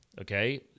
Okay